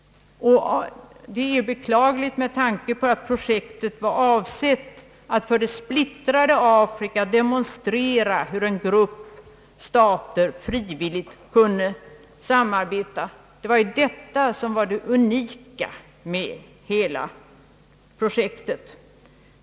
Det är beklagligt med tanke på att projektet var avsett att för det splittrade Afrika demonstrera hur en grupp stater frivilligt kunde samarbeta. Det var ju detta som var det unika med hela projektet.